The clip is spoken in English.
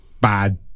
bad